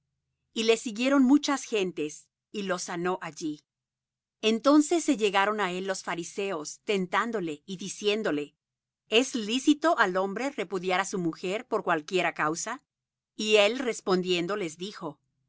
y le siguieron muchas gentes y los sanó allí entonces se llegaron á él los fariseos tentándole y diciéndole es lícito al hombre repudiar á su mujer por cualquiera causa y él respondiendo les dijo